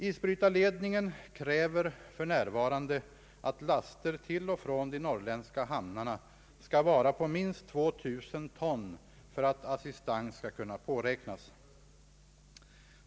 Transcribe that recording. Isbrytarledningen kräver för närvarande att laster till och från de norrländska hamnarna skall vara på minst 2000 ton för att assistans skall kunna påräknas.